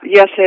Yes